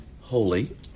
holy